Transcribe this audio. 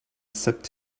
sipped